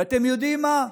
ואתם יודעים מה?